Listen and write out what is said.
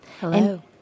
Hello